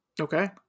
Okay